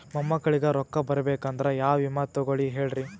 ಮೊಮ್ಮಕ್ಕಳಿಗ ರೊಕ್ಕ ಬರಬೇಕಂದ್ರ ಯಾ ವಿಮಾ ತೊಗೊಳಿ ಹೇಳ್ರಿ?